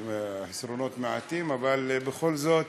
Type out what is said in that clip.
אבל בכל זאת